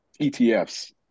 ETFs